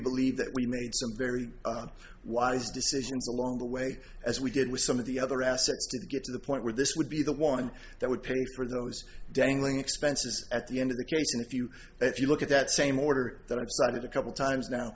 believe that we made some very wise decisions along the way as we did with some of the other assets to get to the point where this would be the one that would pay for those dangling expenses at the end of the case and if you if you look at that same order that i cited a couple times now